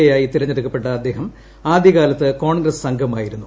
എയായി തിരഞ്ഞെടുക്കപ്പെട്ട ഇദ്ദേഹം ആദ്യകാലത്ത് കോൺഗ്രസ് അംഗമായിരുന്നു